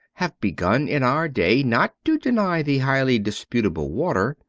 have begun in our day not to deny the highly disputable water,